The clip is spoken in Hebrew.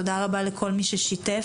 תודה רבה לכל מי ששיתף,